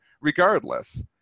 regardless